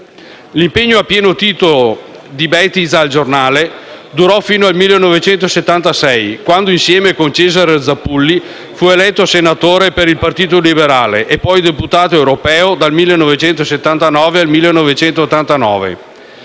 L'impegno a pieno titolo di Enzo Bettiza al Giornale durò fino al 1976 quando, insieme con Cesare Zappulli, fu eletto senatore per il Partito Liberale, e poi deputato europeo dal 1979 al 1989.